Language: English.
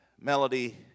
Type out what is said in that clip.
Melody